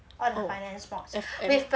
oh F_F